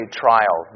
trial